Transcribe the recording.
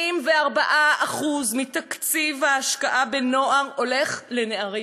84% מתקציב ההשקעה בנוער הולך לנערים.